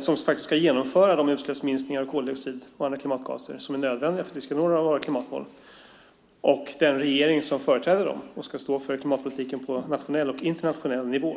som ju ska genomföra utsläppsminskningarna av kolidioxid och andra klimatgaser som är nödvändiga för att vi ska nå våra klimatmål, för den regering som företräder medborgarna och ska stå för klimatpolitiken på nationell och internationell nivå.